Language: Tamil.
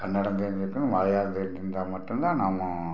கன்னடம் தெரிஞ்சிருக்கணும் மலையாளம் தெரிஞ்சிருந்தால் மட்டுந்தான் நாம